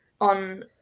on